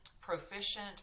proficient